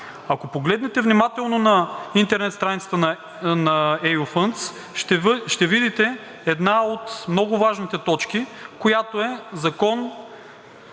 Ако погледнете внимателно на интернет страницата на eufunds, ще видите една от много важните точки, която е Закон